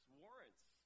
warrants